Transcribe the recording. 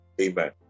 amen